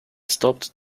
stopped